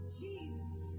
Jesus